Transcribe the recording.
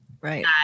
Right